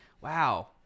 Wow